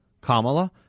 Kamala